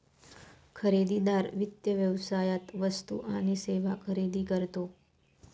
खरेदीदार वित्त व्यवसायात वस्तू आणि सेवा खरेदी करतो